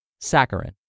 Saccharin